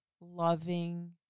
loving